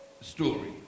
story